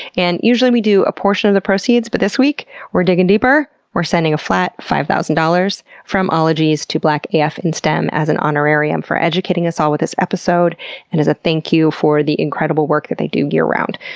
and usually we do a portion of the proceeds, but this week we're digging deeper! we're sending a flat five thousand dollars from ologies to blackafinstem as an honorarium for educating us all with this episode and as a thank you for the incredible work that they do year-round.